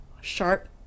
sharp